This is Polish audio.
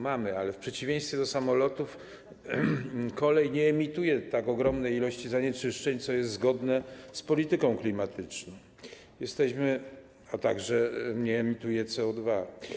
Mamy, ale w przeciwieństwie do samolotów kolej nie emituje tak ogromnej ilości zanieczyszczeń, co jest zgodne z polityką klimatyczną, a także nie emituje CO2.